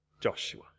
Joshua